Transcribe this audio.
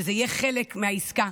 שזה יהיה חלק מהעסקה.